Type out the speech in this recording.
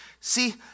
See